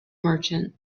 merchant